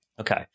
okay